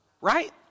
right